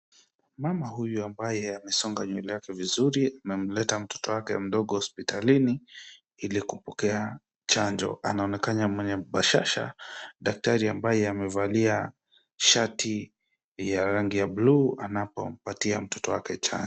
Mama huyu ambaye amesonga nywele yake vizuri amemleta mtoto wake mdogo hospitalini ili kupokea chanjo. Anaonekana mwenye bashasha. Daktari ambaye amevalia shati ya rangi ya bluu anapompatia mtoto wake chanjo.